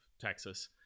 Texas